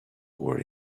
were